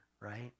right